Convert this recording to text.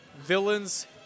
Villains